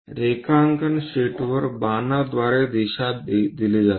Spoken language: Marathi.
रेखांकन शीटवर बाणांद्वारे दिशा दिली जाते